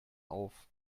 auf